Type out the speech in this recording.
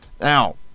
Now